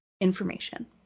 information